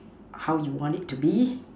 how you want it to be